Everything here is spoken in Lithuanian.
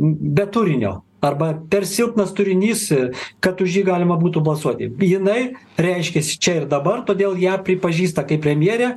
be turinio arba per silpnas turinys kad už jį galima būtų balsuoti jinai reiškiasi čia ir dabar todėl ją pripažįsta kaip premjerę